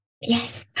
Yes